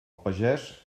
pagès